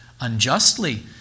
unjustly